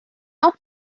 auch